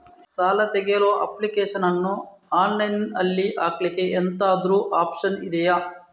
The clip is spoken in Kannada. ಸಾಲ ತೆಗಿಯಲು ಅಪ್ಲಿಕೇಶನ್ ಅನ್ನು ಆನ್ಲೈನ್ ಅಲ್ಲಿ ಹಾಕ್ಲಿಕ್ಕೆ ಎಂತಾದ್ರೂ ಒಪ್ಶನ್ ಇದ್ಯಾ?